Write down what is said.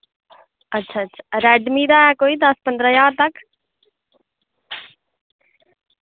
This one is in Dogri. अच्छा अच्छा रैडमी दा ऐ कोई दस पंदरां ज्हार तक